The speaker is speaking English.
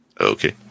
Okay